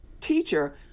teacher